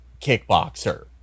kickboxer